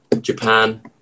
Japan